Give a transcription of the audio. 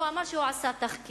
והוא אמר שהוא עשה תחקיר,